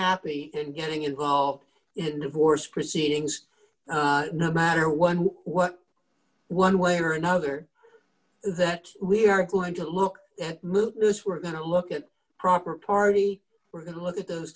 happy and getting involved in divorce proceedings no matter what what one way or another that we are going to look at this we're going to look at proper party we're going to look at those